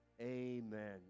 Amen